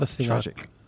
tragic